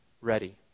ready